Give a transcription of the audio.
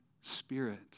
spirit